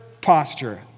posture